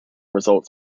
results